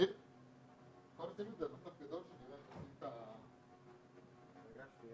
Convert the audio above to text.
אין היגיון בזה שמשפחה או קבוצה קטנה